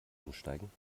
umsteigen